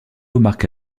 marque